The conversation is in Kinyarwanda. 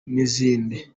n’izindi